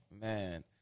man